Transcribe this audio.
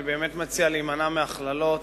אני מציע להימנע מהכללות